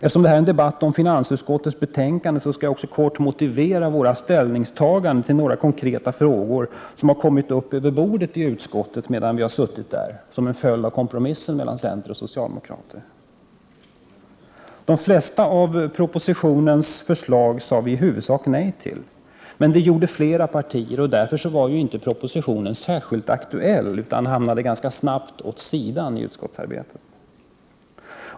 Eftersom vi debatterar finansutskottets betänkande, skall jag kort motivera våra ställningstaganden till några konkreta frågor som har kommit på bordet i utskottet som en följd av kompromisser mellan centerpartister och socialdemokrater. Vi sade i huvudsak nej till de flesta av propositionens förslag. Men detta gjorde också flera partier, och därför var innehållet i propositionen inte längre särskilt aktuellt. Propositionen lades därför ganska snabbt åt sidan i utskottsarbetet.